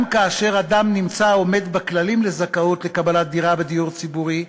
גם כאשר אדם נמצא עומד בכללים לזכאות לקבל דירה בדיור ציבורי,